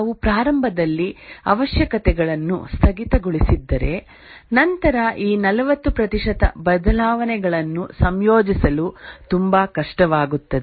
ನಾವು ಪ್ರಾರಂಭದಲ್ಲಿ ಅವಶ್ಯಕತೆಗಳನ್ನು ಸ್ಥಗಿತಗೊಳಿಸಿದ್ದರೆ ನಂತರ ಈ 40 ಪ್ರತಿಶತ ಬದಲಾವಣೆಗಳನ್ನು ಸಂಯೋಜಿಸಲು ತುಂಬಾ ಕಷ್ಟವಾಗುತ್ತದೆ